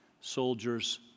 Soldiers